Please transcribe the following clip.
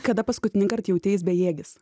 kada paskutinįkart jauteis bejėgis